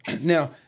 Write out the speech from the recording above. Now